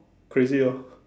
crazy orh